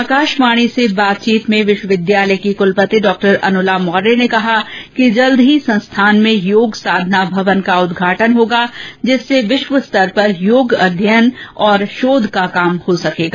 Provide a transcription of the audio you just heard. आकाशवाणी से बातचीत में विश्वविद्यालय की कुलपति डॉ अनुला मौर्य ने कहा कि जल्द ही संस्थान में योग साधना भवन का उदघाटन होगा जिससे विश्व स्तर पर योग अध्ययन और शोध का काम हो सकेगा